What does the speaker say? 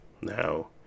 now